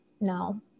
no